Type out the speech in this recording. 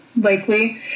likely